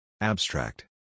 Abstract